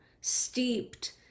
steeped